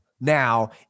now